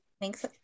Thanks